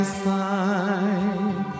side